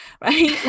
Right